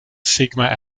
sigma